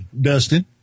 Dustin